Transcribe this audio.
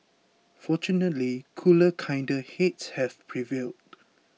fortunately cooler kinder heads have prevailed